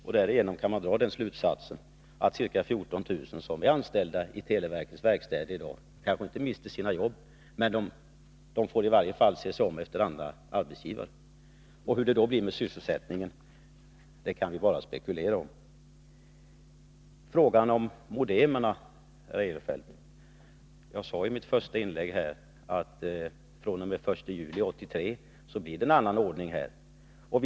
Av detta kan man dra slutsatsen att de ca 14 000 människor som i dag är anställda i televerkets verkstäder kanske inte mister sina jobb men väl får se sig om efter andra arbetsgivare. Hur det då blir med sysselsättningen, kan vi bara spekulera över. Sedan till frågan om modemerna. I mitt första inlägg sade jag, Christer Eirefelt, att det fr.o.m. den 1 juli 1983 blir en annan ordning i detta avseende.